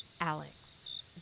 Alex